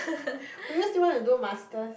we used to want to do Masters